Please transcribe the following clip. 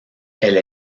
elle